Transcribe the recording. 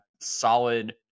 solid